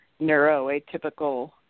neuroatypical